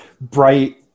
bright